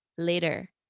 Later